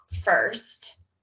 first